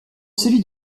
celui